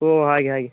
ꯍꯣꯏ ꯍꯣꯏ ꯍꯥꯏꯒꯦ ꯍꯥꯏꯒꯦ